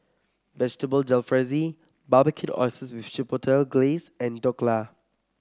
Vegetable Jalfrezi Barbecued Oysters with Chipotle Glaze and Dhokla